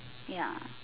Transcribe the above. ya